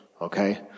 okay